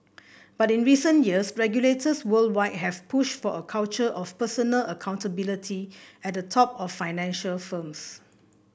but in recent years regulators worldwide have pushed for a culture of personal accountability at the top of financial firms